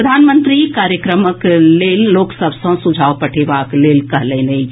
प्रधानमंत्री कार्यक्रमक लेल लोक सभ सॅ सुझाव पठेबाक लेल कहलनि अछि